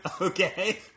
Okay